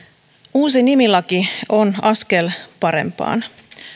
uusi nimilaki on askel parempaan